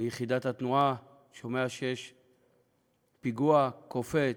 מיחידת התנועה שומע שיש פיגוע, קופץ,